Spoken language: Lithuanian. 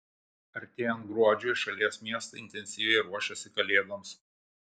artėjant gruodžiui šalies miestai intensyviai ruošiasi kalėdoms